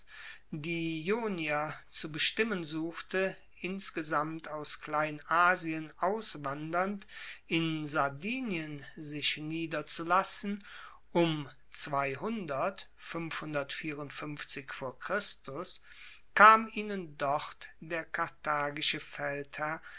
die ionier zu bestimmen suchte insgesamt aus kleinasien auswandernd in sardinien sich niederzulassen um kam ihnen dort der karthagische feldherr